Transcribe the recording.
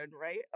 right